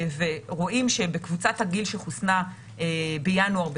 ורואים שבקבוצת הגיל שחוסנה בינואר,